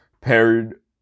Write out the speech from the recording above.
paired